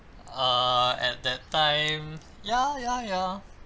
err at that time ya ya ya